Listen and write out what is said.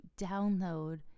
download